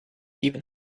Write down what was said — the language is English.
even